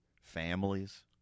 families